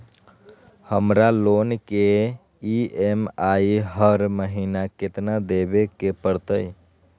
हमरा लोन के ई.एम.आई हर महिना केतना देबे के परतई?